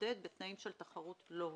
להתמודד בתנאים של תחרות לא הוגנת.